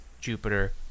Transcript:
Jupiter